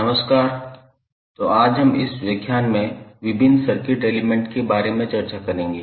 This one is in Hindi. नमस्कार तो आज हम इस व्याख्यान में विभिन्न सर्किट एलिमेंट के बारे में चर्चा करेंगे